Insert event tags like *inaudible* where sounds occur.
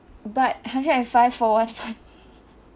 but hundred and five for one month *laughs*